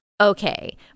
Okay